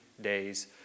days